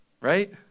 right